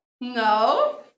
No